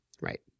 Right